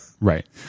right